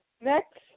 next